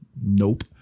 Nope